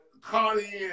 Connie